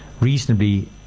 reasonably